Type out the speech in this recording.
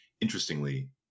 Interestingly